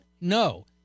No